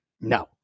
No